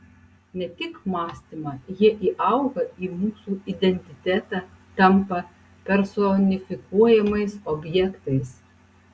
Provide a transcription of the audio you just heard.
ne tik mąstymą jie įauga į mūsų identitetą tampa personifikuojamais objektais